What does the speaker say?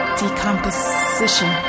decomposition